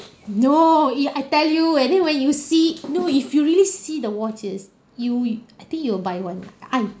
no you I tell you when you when you see no if you really see the watches you I think you will buy one I'm